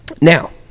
now